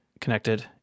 Connected